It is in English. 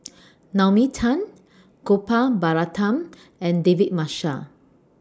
Naomi Tan Gopal Baratham and David Marshall